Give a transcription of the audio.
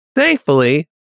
Thankfully